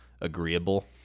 agreeable